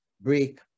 break